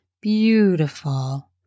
Beautiful